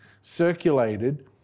circulated